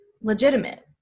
legitimate